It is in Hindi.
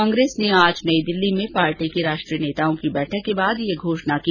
कांग्रेस ने आज नई दिल्ली में पार्टी के राष्ट्रीय नेताओं की बैठक के बाद ये घोषणा की